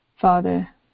Father